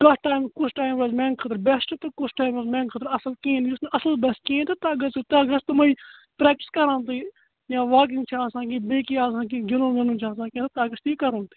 کَتھ ٹایِم کُس ٹایِم روزِ میٛانہِ خٲطرٕ بیٚسٹ تہٕ کُس ٹایِم روزِ میٛانہِ خٲطرٕ اصٕل کِہیٖنٛۍ یُس نہٕ اصٕل باسہِ کِہیٖنٛۍ تہٕ تتھ گَژھِ تتھ گَژھِ تِمےَ پریٛکٹِس کَران بیٚیہِ یا واکِنٛگ چھِ آسان یا بیٚیہِ کیٚنٛہہ آسان کیٚنٛہہ گِندُن وِنٛدُن چھُ آسان تتھ گژھِ تی کرُن